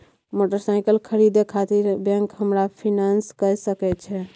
Motorcycle खरीदे खातिर bank हमरा फिनांस कय सके छै?